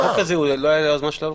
החוק הזה, לא היה היוזמה שלנו?